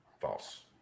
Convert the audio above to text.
False